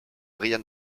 brian